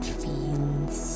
feels